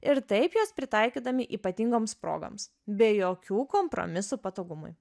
ir taip juos pritaikydami ypatingoms progoms be jokių kompromisų patogumui